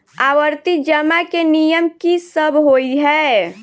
आवर्ती जमा केँ नियम की सब होइ है?